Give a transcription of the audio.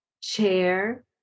chair